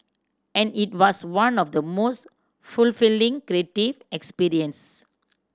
and it was one of the most fulfilling creative experience